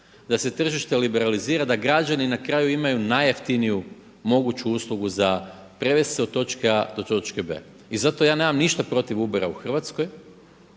da se tržište liberalizira, da građani na kraju imaju najjeftiniju moguću uslugu za prevest se od točke A do točke B. I zato ja nemam ništa protiv UBER-a u Hrvatskoj,